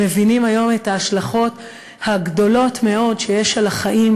והיום מבינים את ההשלכות הגדולות מאוד על החיים